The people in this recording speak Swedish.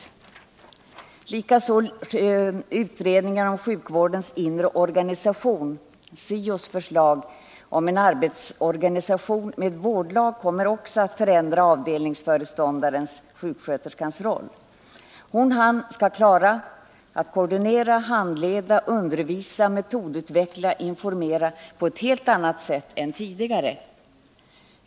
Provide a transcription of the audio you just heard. Förslagen i utredningen om sjukvårdens inre organisation, SIO, om en arbetsorganisation med vårdlag kommer också att förändra avdelningsföreståndarens han skall klara att koordinera, handleda, undervisa, metodutveckla och informera på ett helt annat sätt än tidigare.